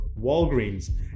Walgreens